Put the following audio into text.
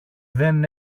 δεν